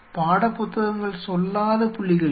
பாடப்புத்தகங்கள் சொல்லாத புள்ளிகள் இவை